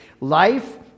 Life